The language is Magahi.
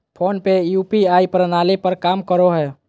फ़ोन पे यू.पी.आई प्रणाली पर काम करो हय